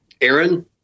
Aaron